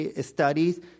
studies